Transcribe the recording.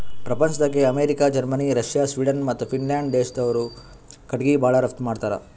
ಪ್ರಪಂಚ್ದಾಗೆ America, Germany, Russia, Sweden ಮತ್ತ್ Finland ದೇಶ್ದವ್ರು ಕಟಿಗಿ ಭಾಳ್ ರಫ್ತು ಮಾಡತ್ತರ್